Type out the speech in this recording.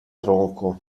tronco